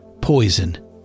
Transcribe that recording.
Poison